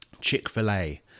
Chick-fil-A